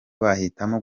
bahitamo